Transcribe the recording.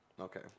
okay